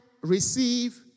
receive